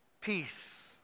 peace